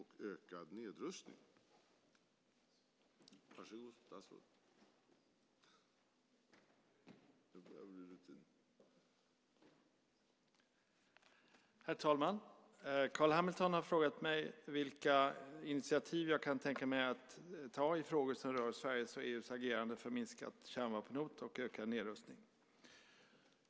Herr talman! Carl B Hamilton har frågat mig vilka initiativ jag kan tänka mig att ta i frågor som rör Sveriges och EU:s agerande för minskat kärnvapenhot och ökad nedrustning.